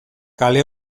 kale